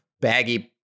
baggy